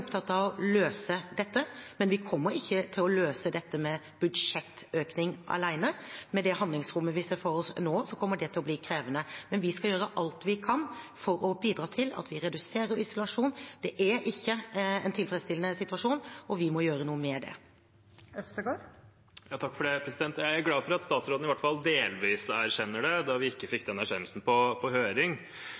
opptatt av å løse dette, men vi kommer ikke til å løse dette med budsjettøkning alene. Med det handlingsrommet vi ser for oss nå, kommer det til å bli krevende. Men vi skal gjøre alt vi kan for å bidra til at vi reduserer isolasjon. Det er ikke en tilfredsstillende situasjon, og vi må gjøre noe med det. Jeg er glad for at statsråden iallfall delvis erkjenner det, da vi ikke fikk den erkjennelsen i høring.